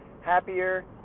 happier